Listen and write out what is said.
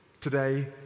Today